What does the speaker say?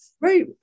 Right